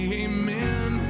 amen